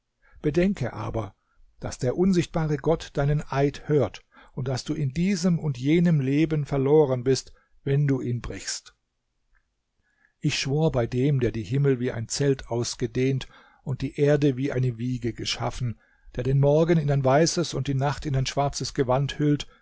bedenke aber daß der unsichtbare gott deinen eid hört und daß du in diesem und jenem leben verloren bist wenn du ihn brichst ich schwor bei dem der die himmel wie ein zelt ausgedehnt und die erde wie eine wiege geschaffen der den morgen in ein weißes und die nacht in ein schwarzes gewand hüllt